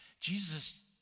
Jesus